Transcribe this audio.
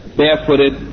barefooted